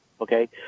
okay